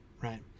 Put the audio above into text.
right